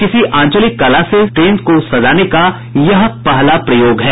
किसी आंचलिक कला से ट्रेन को सजाने का यह पहला प्रयोग है